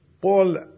Paul